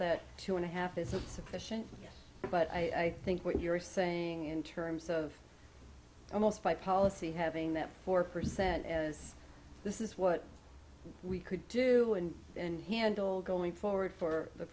that two and a half is a sufficient but i think what you're saying in terms of almost by policy having that four percent as this is what we could do and handle going forward for the